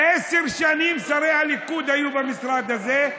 עשר שנים שרי הליכוד היו במשרד הזה,